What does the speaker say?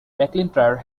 mcintyre